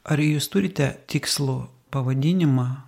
ar jūs turite tikslų pavadinimą